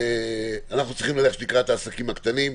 אנחנו צריכים ללכת לקראת העסקים הקטנים,